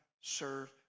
serve